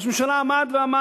ראש הממשלה עמד ואמר,